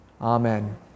Amen